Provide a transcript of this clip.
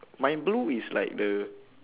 my blue is like the